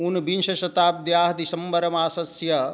ऊनविंशशताब्द्याः दिसम्बर् मासस्य